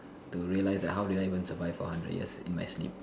to realize that how did I even survive for a hundred years in my sleep